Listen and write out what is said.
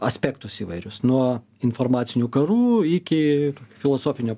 aspektus įvairius nuo informacinių karų iki filosofinio